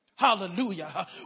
hallelujah